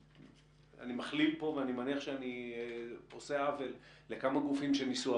ואני מכליל פה ואני מניח שאני עושה עוול לכמה גופים שניסו,